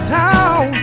town